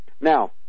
Now